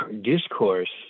discourse